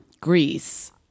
Greece